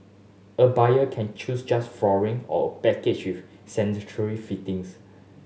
a buyer can choose just flooring or a package with sanitary fittings